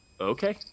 okay